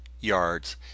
yards